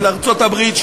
של ארצות-הברית,